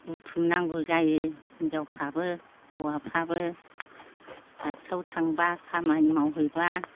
बुथुमनांगौ जायो हिनजावफ्राबो हौवाफ्राबो दाबसेयाव थांबा खामानि मावहैबा